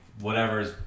whatever's